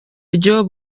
buryo